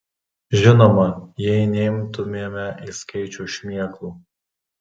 žinoma jei neimtumėme į skaičių šmėklų